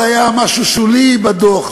זה היה משהו שולי בדוח,